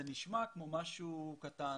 זה נשמע כמו משהו קטן,